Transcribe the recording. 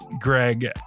Greg